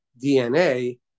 DNA